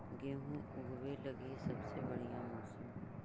गेहूँ ऊगवे लगी सबसे बढ़िया मौसम?